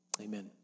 Amen